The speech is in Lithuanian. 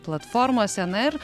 platformose na ir